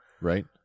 right